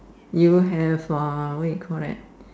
you have uh what you call that